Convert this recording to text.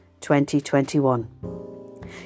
2021